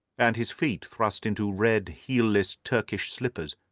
and his feet thrust into red heelless turkish slippers.